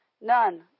None